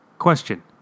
question